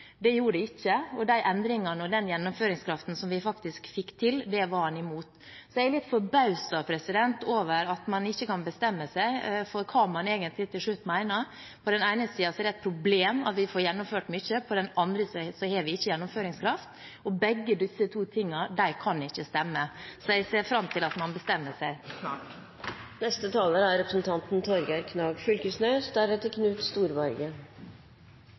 Det gjorde det ikke, og de endringene og den gjennomføringskraften som vi faktisk fikk til, var han imot. Jeg er litt forbauset over at man ikke kan bestemme seg for hva man egentlig til slutt mener. På den ene siden er det et problem at vi får gjennomført mye, på den andre siden har vi ikke gjennomføringskraft. Begge disse to tingene kan ikke stemme, så jeg ser fram til at man bestemmer seg snart. Den einaste grunnen til at ein tar dette til Stortinget, er